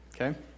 Okay